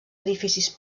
edificis